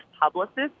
publicists